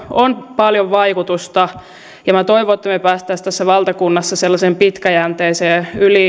on paljon vaikutusta minä toivon että me pääsisimme tässä valtakunnassa sellaiseen pitkäjänteiseen yli